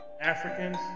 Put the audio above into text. Africans